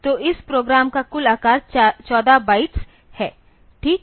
तो इस प्रोग्राम का कुल आकार 14 बाइट्स है ठीक